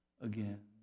again